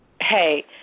hey